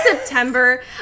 September